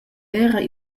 era